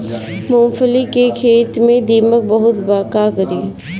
मूंगफली के खेत में दीमक बहुत बा का करी?